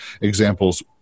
examples